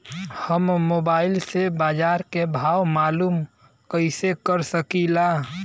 हम मोबाइल से बाजार के भाव मालूम कइसे कर सकीला?